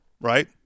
Right